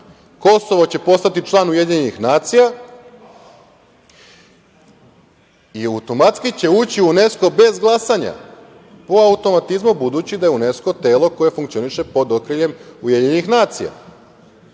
Kosovo će postati član Ujedinjenih nacija i automatski će ući u UNESKO bez glasanja, po automatizmu, budući da je UNESKO telo koje funkcioniše pod okriljem Ujedinjenih nacija. Čemu